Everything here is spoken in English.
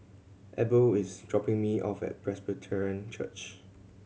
Abel is dropping me off at Presbyterian Church